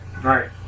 Right